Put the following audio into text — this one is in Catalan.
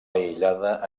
aïllada